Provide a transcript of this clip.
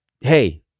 hey